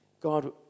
God